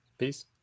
Peace